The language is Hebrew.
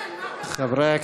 שולי, אל תחזרי, שולי.